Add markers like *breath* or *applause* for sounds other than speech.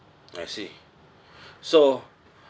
I see *breath* so